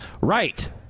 right